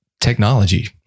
technology